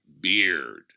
beard